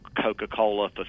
Coca-Cola